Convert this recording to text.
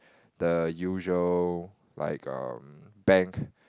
the usual like um bank